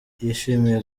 yishimiye